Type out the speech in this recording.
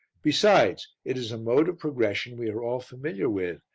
besides it is a mode of progression we are all familiar with,